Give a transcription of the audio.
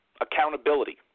Accountability